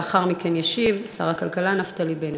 לאחר מכן ישיב שר הכלכלה נפתלי בנט.